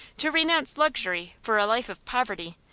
to renounce luxury for a life of poverty,